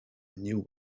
new